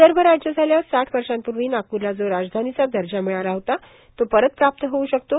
विदर्भ राज्य झाल्यास साठ वर्षापूर्वी नागपूरला जो राजधानीचा दर्जा मिळाला होता तो परत प्राप्त होऊ शकतो